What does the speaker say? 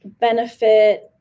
benefit